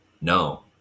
no